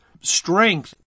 strength